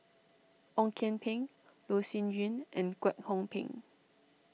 Ong Kian Peng Loh Sin Yun and Kwek Hong Png